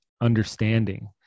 understanding